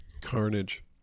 Carnage